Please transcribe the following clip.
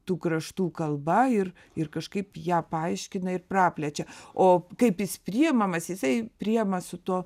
tų kraštų kalba ir ir kažkaip ją paaiškina ir praplečia o kaip jis priemamas jisai priema su tuo